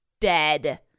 dead